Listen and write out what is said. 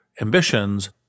ambitions